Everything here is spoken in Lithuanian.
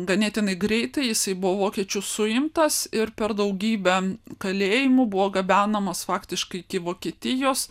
ganėtinai greitai jisai buvo vokiečių suimtas ir per daugybę kalėjimų buvo gabenamas faktiškai iki vokietijos